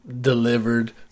delivered